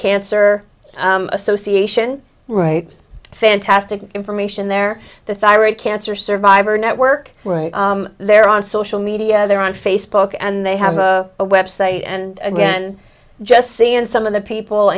cancer association right fantastic information there the thyroid cancer survivor network right there on social media they're on facebook and they have a website and again just seeing some of the people